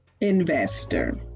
investor